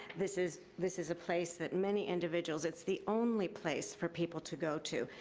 this is this is a place that many individuals, it's the only place for people to go to.